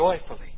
joyfully